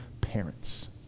parents